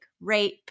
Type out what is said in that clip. rape